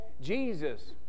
Jesus